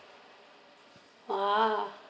!wah!